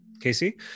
Casey